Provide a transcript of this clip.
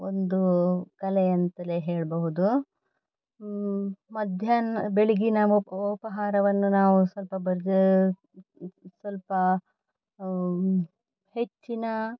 ಒಂದು ಕಲೆ ಅಂತಲೇ ಹೇಳಬಹುದು ಮಧ್ಯಾಹ್ನ ಬೆಳಗ್ಗಿನ ಉಪ್ ಉಪಾಹಾರವನ್ನು ನಾವು ಸ್ವಲ್ಪ ಬರ್ಜ ಸ್ವಲ್ಪ ಹೆಚ್ಚಿನ